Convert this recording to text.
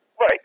Right